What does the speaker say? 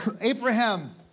Abraham